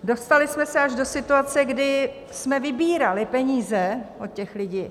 Dostali jsme se až do situace, kdy jsme vybírali peníze od těch lidí.